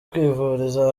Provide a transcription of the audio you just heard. kwivuriza